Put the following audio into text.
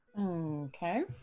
Okay